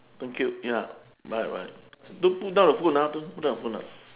thank you ya bye bye don't put down the phone ah don't put down the phone ah